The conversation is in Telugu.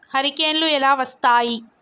హరికేన్లు ఎలా వస్తాయి?